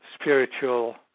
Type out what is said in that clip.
spiritual